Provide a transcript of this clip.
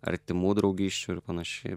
artimų draugysčių ir panašiai